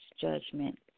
judgment